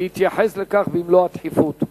להתייחס לכך במלוא הדחיפות,